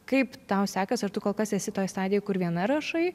kaip tau sekas ar tu kol kas esi toj stadijoj kur viena rašai